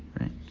right